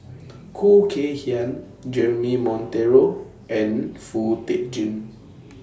Khoo Kay Hian Jeremy Monteiro and Foo Tee Jun